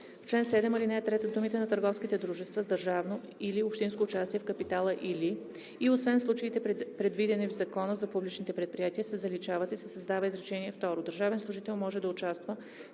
в чл. 7, ал. 3 думите „на търговските дружества с държавно или общинско участие в капитала или“ и „освен в случаите, предвидени в Закона за публичните предприятия“ се заличават и се създава изречение второ: „Държавен служител може да участва